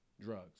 drugs